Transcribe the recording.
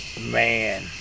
man